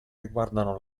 riguardano